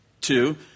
two